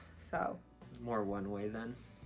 so more one-way then.